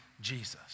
Jesus